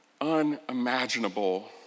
unimaginable